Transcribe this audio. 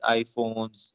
iPhones